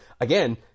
again